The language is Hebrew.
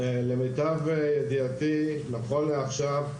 למיטב ידיעתי, נכון לעכשיו,